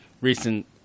recent